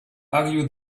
argue